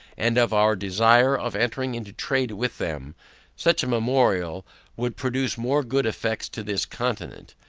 and of our desire of entering into trade with them such a memorial would produce more good effects to this continent,